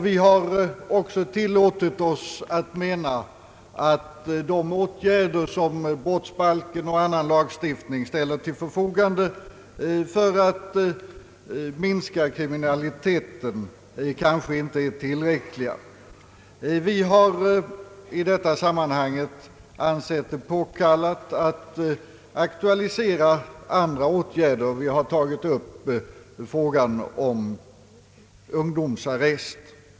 Vi har också tillåtit oss att mena att de åtgärder som brottsbalken och annan lagstiftning ställer till förfogande för att minska kriminaliteten kanske inte är tillräckliga. Vi har i detta sammanhang ansett det påkallat att aktualisera andra åtgärder. Vi har tagit upp frågan om ungdomsarrest.